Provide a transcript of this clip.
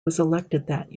that